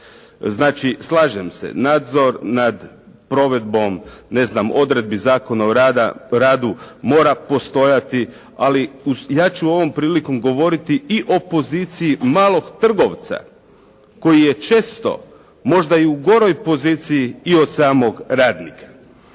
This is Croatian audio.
Znači slažem se, nadzor nad provedbom ne znam odredbi Zakona o radu mora postojati, ali ja ću ovom prilikom govoriti i o poziciji malog trgovca koji je često možda i u goroj poziciji i od samog radnika.